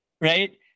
right